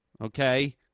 Okay